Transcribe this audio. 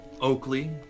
Oakley